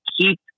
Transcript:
keep